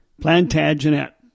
Plantagenet